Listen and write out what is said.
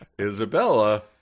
Isabella